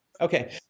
Okay